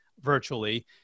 virtually